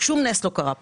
שום נס לא קרה פה.